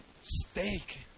Steak